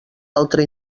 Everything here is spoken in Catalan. altre